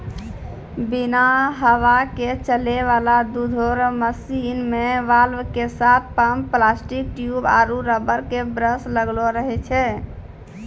बिना हवा के चलै वाला दुधो रो मशीन मे वाल्व के साथ पम्प प्लास्टिक ट्यूब आरु रबर के ब्रस लगलो रहै छै